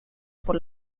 por